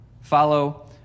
Follow